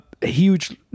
huge